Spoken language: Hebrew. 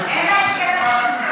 אלא אם כן, אלא אם כן מה?